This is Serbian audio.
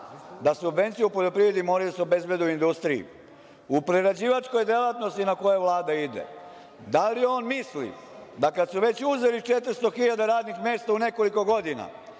da subvencije u poljoprivredi moraju da se obezbede u industriji, u prerađivačkoj delatnosti na koje Vlada ide? Da li on misli da kad su već uzeli 400 hiljada radnih mesta u nekoliko godina,